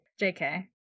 JK